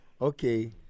okay